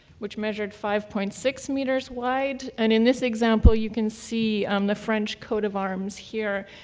which measured five point six meters wide, and in this example, you can see um the french coat of arms here,